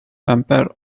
member